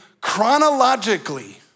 chronologically